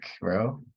bro